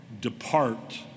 depart